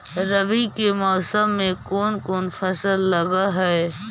रवि के मौसम में कोन कोन फसल लग है?